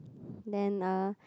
then uh